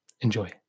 Enjoy